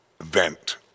event